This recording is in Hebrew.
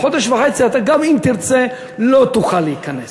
בחודש וחצי, גם אם תרצה, לא תוכל להיכנס.